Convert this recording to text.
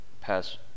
pass